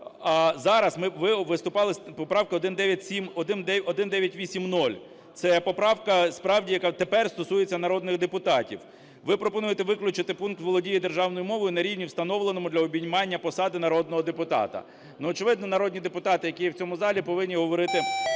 ми … ви виступали з поправкою 1971… 1980. Це поправка справді, яка тепер стосується народних депутатів. Ви пропонуєте виключити пункт "володіє державною мовою на рівні, встановленому для обіймання посади народного депутата". Ну, очевидно, народні депутати, які є в цьому залі, повинні говорити